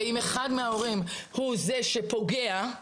אם אחד מההורים הוא זה שפוגע,